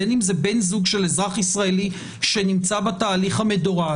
בין אם זה בן זוג של אזרח ישראלי שנמצא בתהליך המדורג,